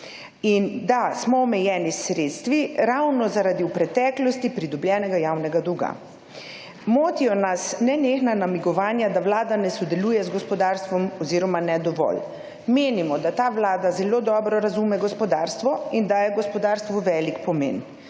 In da smo omejeni s sredstvi ravno zaradi v preteklosti pridobljenega javnega dolga. Motijo nas nenehna namigovanja, da Vlada ne sodeluje z gospodarstvom oziroma ne dovolj. Menimo, da ta Vlada zelo dobro razume gospodarstvo in daje gospodarstvu velik pomen,